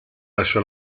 lascia